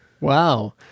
Wow